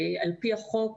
על פי החוק,